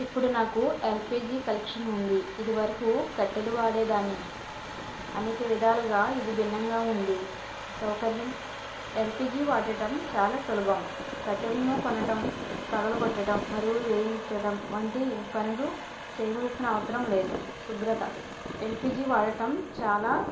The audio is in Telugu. ఇప్పుడు నాకు ఎల్పిజి కనెక్షన్ ఉంది ఇదివరకు కట్టెలు వాడే దాన్ని అనేక విధాలుగా ఇది భిన్నంగా ఉంది సౌకర్యం ఎల్పిజి వాడటం చాలా సులభం కట్టెలను కొనటం పగలగొట్టడం మరువు వేయించటం వంటి పనులు చేయవలసిన అవసరం లేదు శుభ్రత ఎల్పిజి వాడటం చాలా